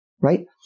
right